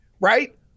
right